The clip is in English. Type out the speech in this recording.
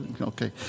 Okay